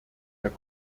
der